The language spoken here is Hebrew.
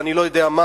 או אני לא יודע מה,